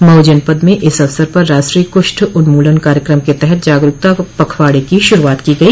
मऊ जनपद में इस अवसर पर राष्ट्रीय कृष्ठ उन्मूलन कार्यक्रम के तहत जागरूकता पखवाड़े की श्रूआत की गई